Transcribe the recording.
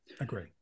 Agree